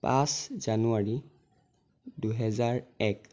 পাঁচ জানুৱাৰী দুহেজাৰ এক